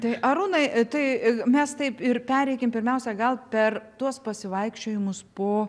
tai arūnai tai mes taip ir pereikim pirmiausia gal per tuos pasivaikščiojimus po